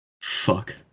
Fuck